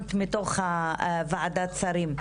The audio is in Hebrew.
ונלחמת מתוך ועדת שרים.